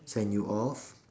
send you off